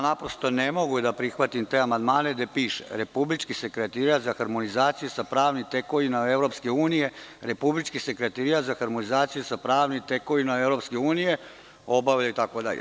Naprosto ne mogu da prihvatim te amandmane gde piše - Republički sekretarijat za harmonizaciju sa pravnom tekovinom EU, Republički sekretarijat za harmonizaciju sa pravnom tekovinom EU itd.